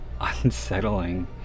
unsettling